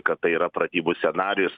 kad tai yra pratybų scenarijus